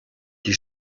die